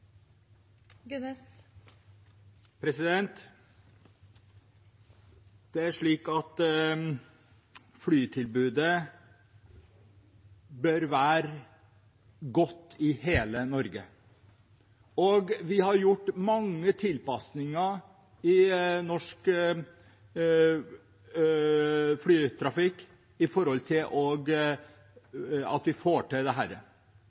Flytilbudet bør være godt i hele Norge, og vi har gjort mange tilpassinger i norsk flytrafikk for å få til